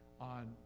on